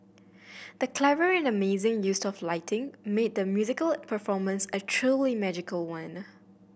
the clever and amazing use of lighting made the musical performance a truly magical one